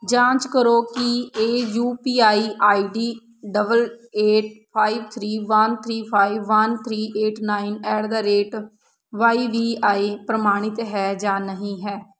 ਜਾਂਚ ਕਰੋ ਕੀ ਇਹ U P I I D double eight five three one three five one three eight nine at the rate Y B I ਪ੍ਰਮਾਣਿਤ ਹੈ ਜਾਂ ਨਹੀਂ ਹੈ